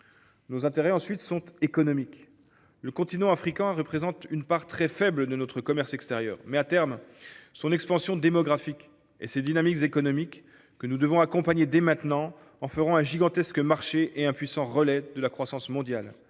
Nos intérêts, ensuite, sont économiques. Le continent africain représente une part très faible de notre commerce extérieur. Mais, à terme, son expansion démographique et ses dynamiques économiques, que nous devons accompagner dès maintenant, en feront un gigantesque marché et un puissant relais de la croissance mondiale.